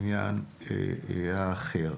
אני כבר לא מדבר על העניין האחר.